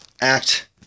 act